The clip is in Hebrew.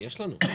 יש לנו.